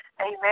amen